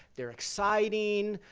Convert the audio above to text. they're exciting.